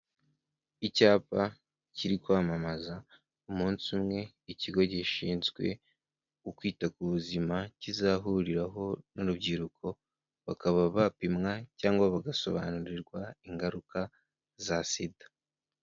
Icyapa kiri kwamamaza umunsi umwe ikigo gishinzwe ukwita ku buzima kizahuriraho n'urubyiruko, bakaba bapimwa cyangwa bagasobanurirwa ingaruka za SIDA.